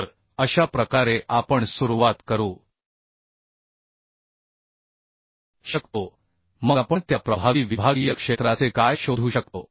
तर अशा प्रकारे आपण सुरुवात करू शकतो मग आपण त्या प्रभावी विभागीय क्षेत्राचे काय शोधू शकतो